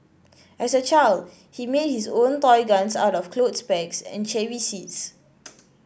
as a child he made his own toy guns out of clothes pegs and cherry seeds